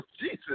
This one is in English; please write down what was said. Jesus